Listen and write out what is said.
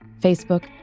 Facebook